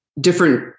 different